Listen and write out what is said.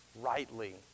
rightly